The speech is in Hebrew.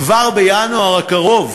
כבר בינואר הקרוב,